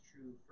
true